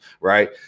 right